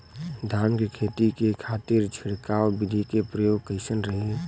धान के खेती के खातीर छिड़काव विधी के प्रयोग कइसन रही?